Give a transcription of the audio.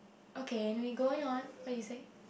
okay anyway going on what you say